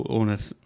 owners